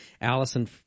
Allison